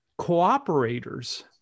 cooperators